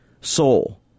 Soul